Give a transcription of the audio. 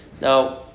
Now